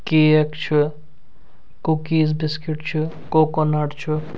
cake چھِ cookies biscuit چھِ coconut چھِ